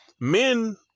Men